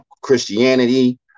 Christianity